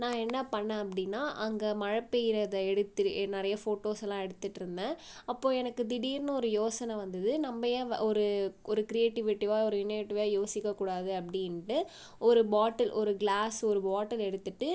நான் என்ன பண்ணிணேன் அப்படின்னா அங்கே மழை பேய்கிறத எடுத்து எ நிறைய ஃபோட்டோஸ் எல்லாம் எடுத்துட்டிருந்தேன் அப்போ எனக்கு திடீர்னு ஒரு யோசனை வந்தது நம்ம ஏன் வ ஒரு ஒரு க்ரியேட்டிவ்விட்டிவ்வாக ஒரு இன்னவேட்டிவ்வாக யோசிக்க கூடாது அப்படின்ட்டு ஒரு பாட்டில் ஒரு க்ளாஸ் ஒரு பாட்டில் எடுத்திகிட்டு